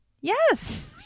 Yes